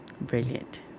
brilliant